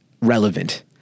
relevant